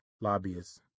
lobbyists